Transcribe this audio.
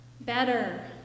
better